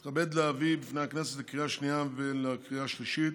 אני מתכבד להביא בפני הכנסת לקריאה השנייה ולקריאה השלישית